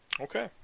Okay